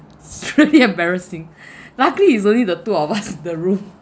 it's truly embarrassing luckily it's only the two of us in the room